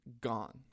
gone